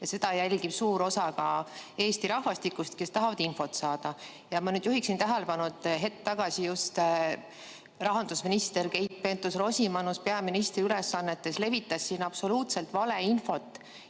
seda jälgib ka suur osa Eesti rahvastikust, kes tahavad infot saada. Ma nüüd juhiksin tähelepanu, et hetk tagasi just rahandusminister Keit Pentus-Rosimannus peaministri ülesannetes levitas siin absoluutselt valet infot,